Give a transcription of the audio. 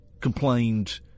complained